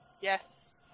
Yes